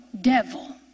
devil